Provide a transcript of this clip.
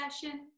session